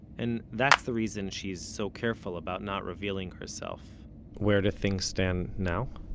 and that's the reason she's so careful about not revealing herself where do things stand now?